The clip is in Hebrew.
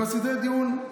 בסדרי הדיון,